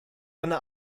eine